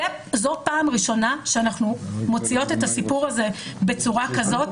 זו הפעם הראשונה שאנחנו מוציאות את הסיפור הזה בצורה כזאת,